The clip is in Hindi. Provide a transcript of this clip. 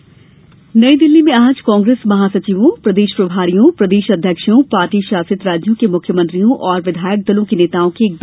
कांग्रेस बैठक नई दिल्ली में आज कांग्रेस महासचिवों प्रदेश प्रभारियों प्रदेश अध्यक्षों पार्टी शासित राज्यों के मुख्यमंत्रियों तथा विघायक दलों के नेताओं की एक बैठक हुई